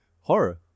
horror